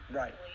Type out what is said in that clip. right